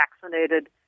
vaccinated